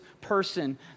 person